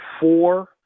four